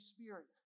Spirit